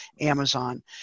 Amazon